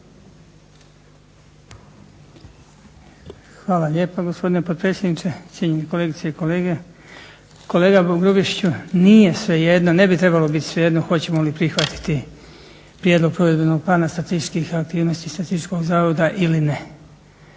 Hvala lijepa gospodine potpredsjedniče, cijenjeni kolegice i kolege. Kolega Grubišiću, nije svejedno, ne bi trebalo biti svejedno hoćemo li prihvatiti Prijedlog provedbenog plana statističkih aktivnosti Statističkog zavoda ili ne.